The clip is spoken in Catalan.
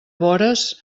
vores